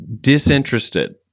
disinterested